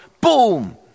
boom